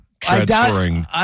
transferring